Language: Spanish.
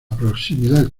proximidad